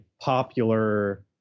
popular